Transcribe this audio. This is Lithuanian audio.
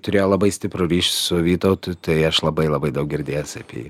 turėjo labai stiprų ryšį su vytautu tai aš labai labai daug girdėjęs apie jį